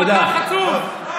אתה חצוף.